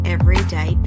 Everyday